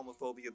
homophobia